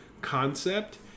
concept